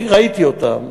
ראיתי אותם.